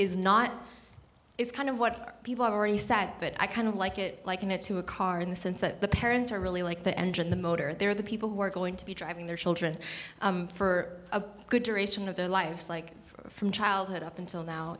is not is kind of what people have already said but i kind of like it liken it to a car in the sense that the parents are really like the engine the motor they're the people who are going to be driving their children for a good duration of their lives like from childhood up until now